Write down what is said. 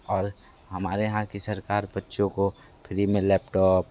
और हमारे यहाँ की सरकार बच्चों को फ्री में लैपटॉप